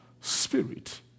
spirit